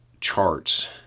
charts